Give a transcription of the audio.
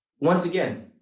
once again,